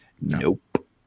Nope